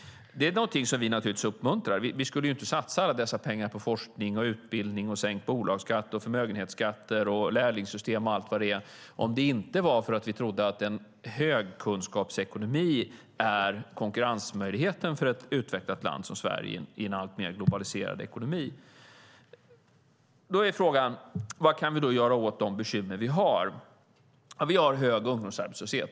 Det är naturligtvis någonting som vi uppmuntrar. Vi skulle inte satsa alla dessa pengar på forskning, utbildning, sänkning av bolagsskatten, borttagning av förmögenhetsskatten, lärlingssystem och allt vad det är om vi inte trodde att en högkunskapsekonomi är konkurrensmöjligheten för ett utvecklat land som Sverige i en alltmer globaliserad ekonomi. Vad kan vi då göra åt de bekymmer vi har? Vi har en hög ungdomsarbetslöshet.